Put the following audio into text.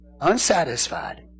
Unsatisfied